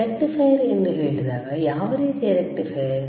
rectifier ಎಂದು ಹೇಳಿದಾಗ ಯಾವ ರೀತಿಯ ರಿಕ್ಟಿಫೈಯರ್